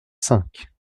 cinq